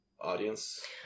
audience